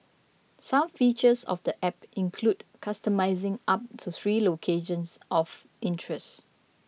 some features of the app include customising up to three locations of interest